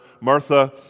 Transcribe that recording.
Martha